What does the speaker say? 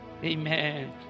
Amen